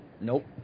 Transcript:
Nope